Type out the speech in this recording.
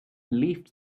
leafed